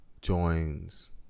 joins